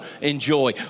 enjoy